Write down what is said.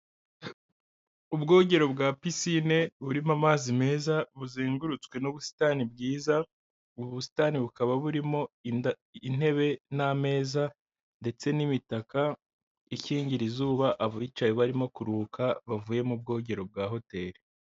Ubwogero bwa pisine burimo amazi meza buzengurutswe n'ubusitani bwiza, ubu busitani bukaba burimo intebe n'ameza, ndetse n'imitaka ikingira izuba abicaye barimo kuruhuka bavuye mu bwogero bwa hoteri.